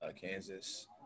Kansas